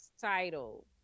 title